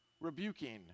rebuking